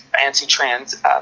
anti-trans